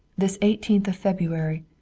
this eighteenth of february,